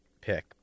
pick